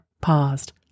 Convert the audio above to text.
paused